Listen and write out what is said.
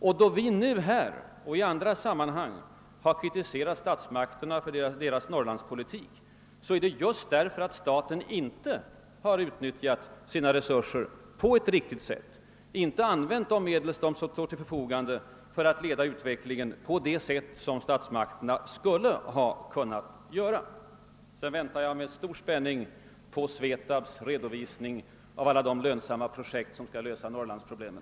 Att vi nu och i andra sammanhang har kritiserat statsmakterna för deras Norrlandspolitik beror på att de inte har utnyttjat sina resurser på ett riktigt sätt, inte använt de medel som står till förfogande för att leda utvecklingen så som statsmakterna skulle ha kunnat göra. Slutligen vill jag säga att jag med stor spänning väntar på SVETAB:s redovisning av alla de lönsamma projekt som skall lösa Norrlandsproblemen.